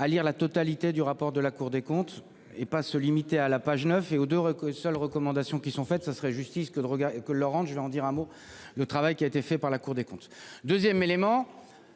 à lire la totalité du rapport de la Cour des comptes et pas se limiter à la page 9 Ehud heureux que seule recommandation qui sont faites, ce serait justice que de regard que Laurent, je vais en dire un mot, le travail qui a été fait par la Cour des comptes 2ème élément.